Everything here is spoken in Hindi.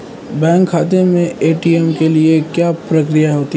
बैंक खाते में ए.टी.एम के लिए क्या प्रक्रिया होती है?